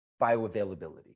bioavailability